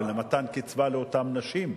מתן קצבה לאותן נשים,